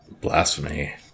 Blasphemy